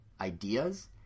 ideas